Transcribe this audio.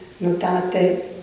notate